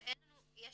יש